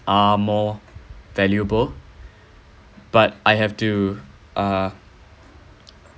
are more valuable but I have to uh